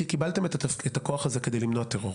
כי קיבלתם את הכוח הזה כדי למנוע טרור.